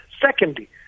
Secondly